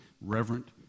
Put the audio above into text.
reverent